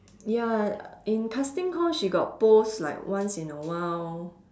ya in casting call she got post like once in a while